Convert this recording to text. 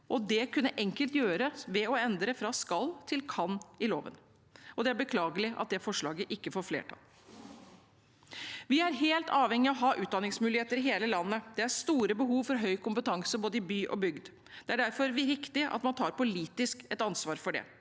Det kan enkelt gjøres ved å endre ordlyden fra «skal» til «kan» i loven. Det er beklagelig at det forslaget ikke får flertall. Vi er helt avhengig av å ha utdanningsmuligheter i hele landet; det er store behov for høy kompetanse i både by og bygd. Det er derfor viktig at man politisk tar et ansvar for det,